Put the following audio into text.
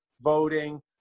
voting